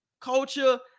culture